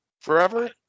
forever